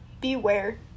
beware